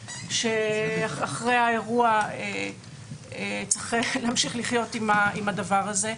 שאחרי האירוע צריך להמשיך לחיות עם הדבר הזה.